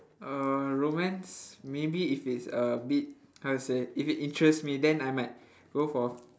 uh romance maybe if it's a bit how to say if it interests me then I might go for